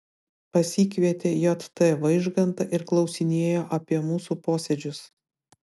pasikvietė j t vaižgantą ir klausinėjo apie mūsų posėdžius